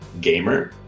gamer